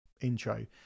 intro